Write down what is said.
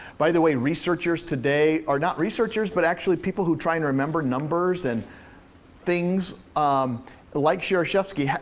by the way, researchers today, or not researchers, but actually people who try and remember numbers and things um like shereshevski,